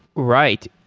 right.